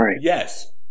yes